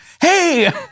Hey